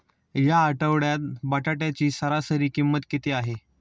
या आठवड्यात बटाट्याची सरासरी किंमत किती आहे?